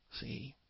see